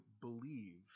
believe